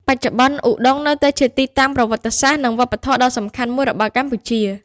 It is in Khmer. បច្ចុប្បន្ន ឧដុង្គនៅតែជាទីតាំងប្រវត្តិសាស្ត្រនិងវប្បធម៌ដ៏សំខាន់មួយរបស់កម្ពុជា។